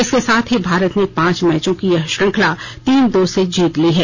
इसके साथ ही भारत ने पांच मैचों की यह श्रृंखला तीन दो से जीत ली है